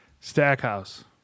Stackhouse